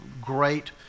great